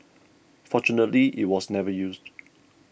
fortunately it was never used